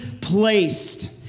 placed